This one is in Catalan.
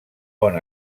bon